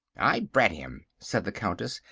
i bred him, said the countess,